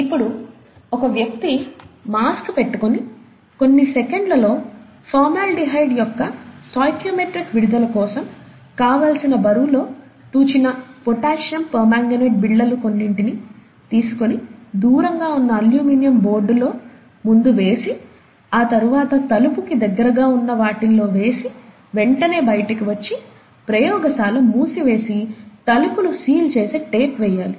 ఇప్పుడు ఒక వ్యక్తి మాస్క్ పెట్టుకుని కొన్ని సెకండ్లలో ఫార్మాల్డిహైడ్ యొక్క స్టయికియోమెట్రిక్ విడుదల కోసం కావలిసిన బరువులో తూచిన పొటాషియం పెర్మాంగనేట్ బిళ్ళలు కొన్నింటిని తీసుకుని దూరంగా ఉన్న అల్యూమినియం బోర్డులో ముందు వేసి ఆ తరువాత తలుపుకి దగ్గరగా ఉన్న వాటిల్లో వేసి వెంటనే బైటికి వచ్చి ప్రయోగశాల మూసివేసి తలుపులు సీల్ చేసి టేప్ వేయాలి